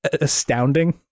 astounding